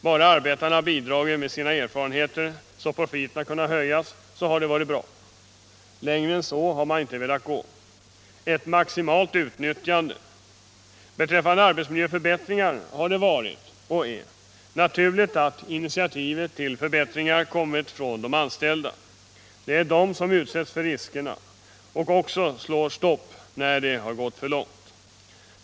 Bara arbetarna har bidragit med sina erfarenheter, så att profiten kunnat höjas, har det varit bra — längre än så har man inte velat gå: ett maximalt utnyttjande! Beträffande arbetsmiljöförbättringar har det varit, och är, naturligt att initiativet till förbättringar kommit från de anställda. Det är de som utsätts för riskerna och som också slår stopp när det har gått för långt.